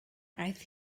aeth